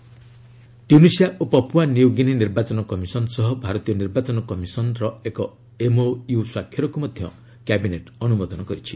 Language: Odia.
କ୍ୟାବିନେଟ୍ ଏମ୍ଓୟୁ ଟ୍ୟୁନିସିଆ ଓ ପପୁଆ ନିଉ ଗିନି ନିର୍ବାଚନ କମିଶନ ସହ ଭାରତୀୟ ନିର୍ବାଚନ କମିଶନ ର ଏକ ଏମ୍ଓୟୁ ସ୍ୱାକ୍ଷରକୁ ମଧ୍ୟ କ୍ୟାବିନେଟ୍ ଅନୁମୋଦନ କରିଛି